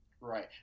Right